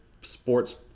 sports